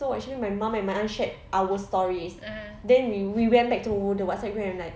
so actually my mum and my aunt shared our stories then we we went back to the WhatsApp group and like